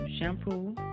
shampoo